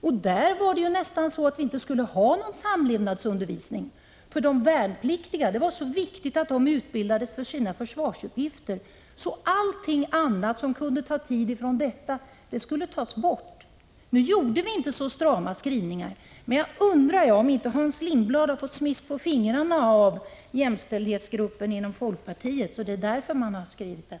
Där verkade det ju nästan som om vi inte skulle ha någon samlevnadsundervisning för de värnpliktiga. Det var ju så viktigt att de värnpliktiga utbildades för sina försvarsuppgifter att allting annat som kunde ta tid i anspråk skulle uteslutas. Nu blev inte skrivningarna så strama. Men jag undrar om inte Hans Lindblad har fått smisk på fingrarna av jämställdhetsgruppen inom folkpartiet. Det är kanske det som har påverkat skrivningen.